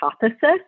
hypothesis